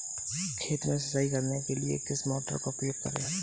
खेत में सिंचाई करने के लिए किस मोटर का उपयोग करें?